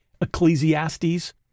Ecclesiastes